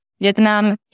Vietnam